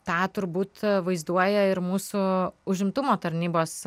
tą turbūt vaizduoja ir mūsų užimtumo tarnybos